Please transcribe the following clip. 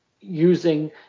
using